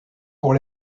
pour